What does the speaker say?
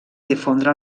difondre